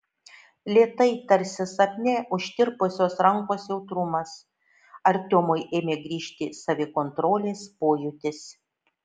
lėtai tarsi sapne užtirpusios rankos jautrumas artiomui ėmė grįžti savikontrolės pojūtis